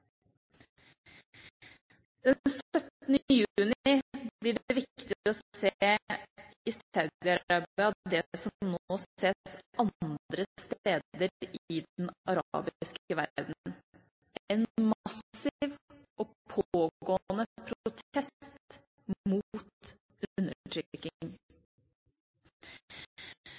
blir det viktig å se i Saudi-Arabia det som nå ses andre steder i den arabiske verden: en massiv og pågående protest mot